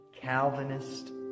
Calvinist